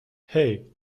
hey